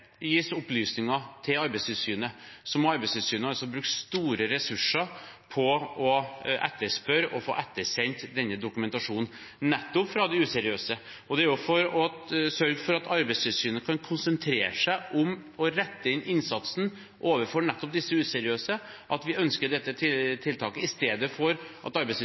gis opplysninger til Arbeidstilsynet, må Arbeidstilsynet altså bruke store ressurser på å etterspørre og få ettersendt denne dokumentasjonen, nettopp fra de useriøse. Det er jo for å sørge for at Arbeidstilsynet kan konsentrere seg om å rette inn innsatsen mot nettopp disse useriøse, at vi ønsker dette tiltaket, i stedet for at